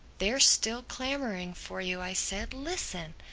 they're still clamoring for you, i said. listen!